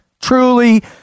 Truly